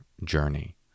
journey